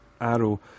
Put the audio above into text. Arrow